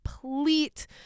complete